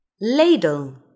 Ladle